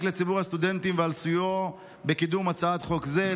לציבור הסטודנטים ועל סיועו בקידום הצעת חוק זו.